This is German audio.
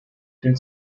den